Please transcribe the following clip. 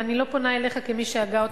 ואני לא פונה אליך כמי שהגה אותה,